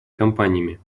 компаниями